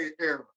era